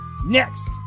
Next